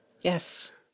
Yes